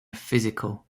physical